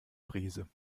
brise